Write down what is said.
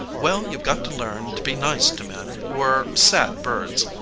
well, you've got to learn to be nice to men who are sad birds.